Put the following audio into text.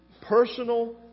personal